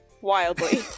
wildly